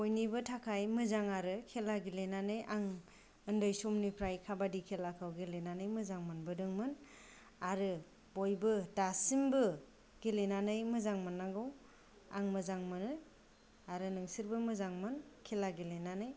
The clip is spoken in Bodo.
बयनिबो थाखाय मोजां आरो खेला गेलेनानै आं उन्दै समनिफ्राय खाबादि खेलाखौ गेलेनानै मोजां मोनबोदोंमोन आरो बयबो दासिमबो गेलेनानै मोजां मोननांगौ आं मोजां मोनो आरो नोंसोरबो मोजां मोन खेला गेलेनानै